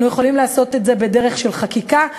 אנחנו יכולים לעשות את זה בדרך של חקיקה,